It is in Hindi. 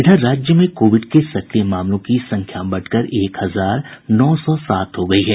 इधर राज्य में सक्रिय मामलों की संख्या बढ़कर एक हजार नौ सौ सात हो गयी है